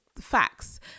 facts